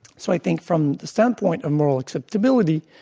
so i think from the standpoint of moral acceptability,